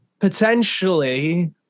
Potentially